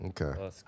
Okay